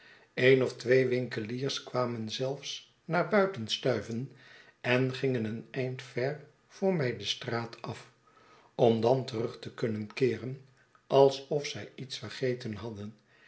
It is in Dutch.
een of twee winkeliers kwamen zelfs naar buiten stuiven en gingen een eind ver voor mij de straat af om dan terug te kunnen keeren alsof zij iets vergeten hadden